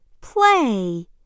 Play